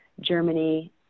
Germany